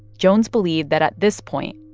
jones believed that at this point,